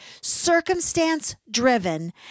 circumstance-driven